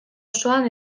osoan